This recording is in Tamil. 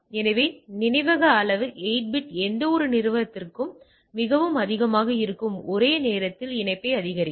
எனவே நினைவக அளவு 8 பிட் எந்தவொரு நிறுவனத்திற்கும் மிகவும் அதிகமாக இருக்கும் ஒரே நேரத்தில் இணைப்பை ஆதரிக்கும்